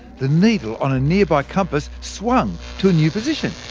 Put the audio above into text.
the needle on a nearby compass swung to a new position.